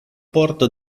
porta